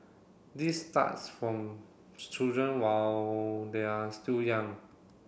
this starts from children while they are still young